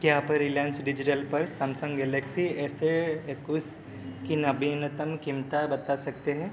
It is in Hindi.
क्या आप रिलायंस डिजिटल पर समसंग गैलेक्सी एस इक्कीस की नवीनतम क़ीमत बता सकते हैं